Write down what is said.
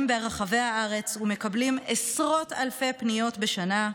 ברחבי הארץ ומקבלים עשרות אלפי פניות בשנה,